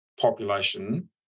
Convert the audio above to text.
population